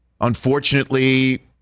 unfortunately